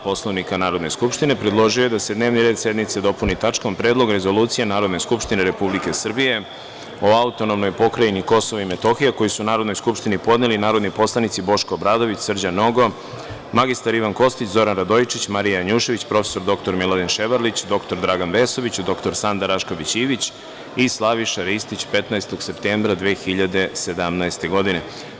Poslovnika Narodne skupštine, predložio je da se dnevni red sednice dopuni tačkom - Predlog rezolucije Narodne skupštine Republike Srbije o AP Kosovo i Metohija koju su Narodnoj skupštini podneli narodni poslanici Boško Obradović, Srđan Nogo, mr Ivan Kostić, Zoran Radojičić, Marija Janjušević, prof. dr Miladin Ševarlić, dr Dragan Vesović, dr Sanda Rašković Ivić i Slaviša Ristić, 15. septembra 2017. godine.